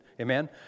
Amen